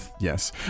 Yes